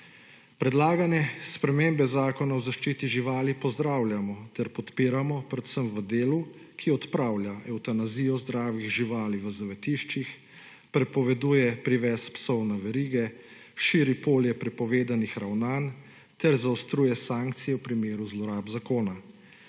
Predlagane spremembe Zakona o zaščiti živali pozdravljamo ter podpiramo predvsem v delu, ki odpravlja evtanazijo zdravih živali v zavetiščih, prepoveduje privez psov na verige, širi polje prepovedanih ravnanj ter zaostruje sankcije v primeru zlorab zakona.